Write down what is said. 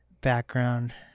background